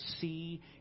see